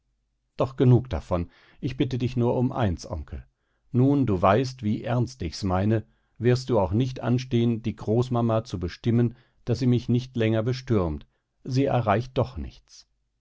doch genug davon ich bitte dich nur um eins onkel nun du weißt wie ernst ich's meine wirst du auch nicht anstehen die großmama zu bestimmen daß sie mich nicht länger bestürmt sie erreicht doch nichts